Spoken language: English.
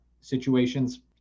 situations